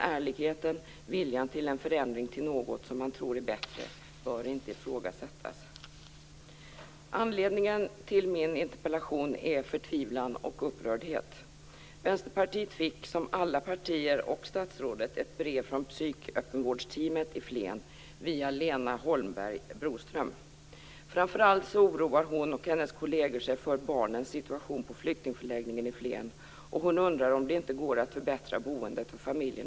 Ulla Hoffmann har ställt fem frågor till mig. Avser regeringen vidta åtgärder för att barn som bor i s.k. korridorförläggning i likhet med svenska barn skall få ett "skäligt boende"? Avser regeringen vidta åtgärder för att asylsökande för vilka det föreligger verkställighetshinder skall beviljas uppehållstillstånd i Sverige?